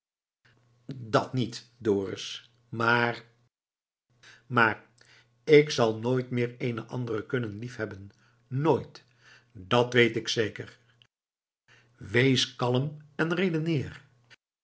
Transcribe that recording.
dat niet dorus maar maar ik zal nooit meer eene andere kunnen lief hebben nooit dat weet ik zeker wees kalm en redeneer